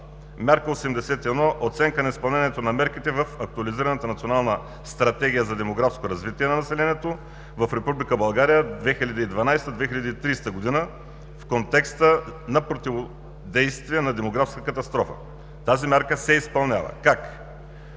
Мярка 81: Оценка на изпълнението на мерките в актуализираната Национална стратегия за демографско развитие на населението в Република България 2012 – 2030 г. в контекста на противодействие на демографска катастрофа – мярката се изпълнява. Как?